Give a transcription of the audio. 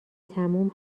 تموم